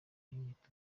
yiyita